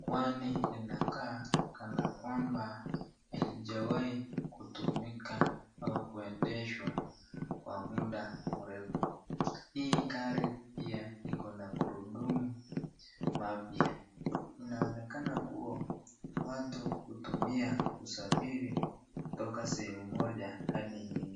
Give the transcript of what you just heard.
Kwani linakaa kana kwamba halijawahi kutumika au kuendeshwa kwa muda mrefu. Hii gari pia iko na kurudumu mpya. Inaonekana kuwa watu hutumia kusafiri kutoka sehemu moja hadi nyingine.